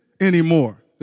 anymore